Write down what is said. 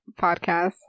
podcast